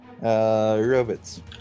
Robots